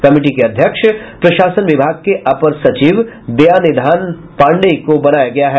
committee के अध्यक्ष प्रशासन विभाग के अपर सचिव दयानिधान पांडेय को बनाया गया है